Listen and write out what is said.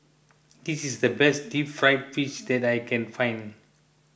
this is the best Deep Fried Fish that I can find